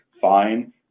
fine